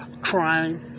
Crime